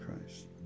Christ